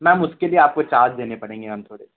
ma'am उसके भी आपको चार्ज देने पड़ेंगे हमें थोड़े